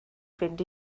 fynd